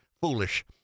foolish